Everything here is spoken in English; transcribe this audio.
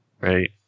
Right